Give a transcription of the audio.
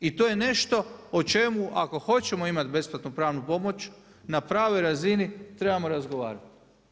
I to je nešto o čemu ako hoćemo imati besplatnu pravnu pomoć na pravoj razini trebamo razgovarati.